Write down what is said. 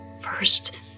first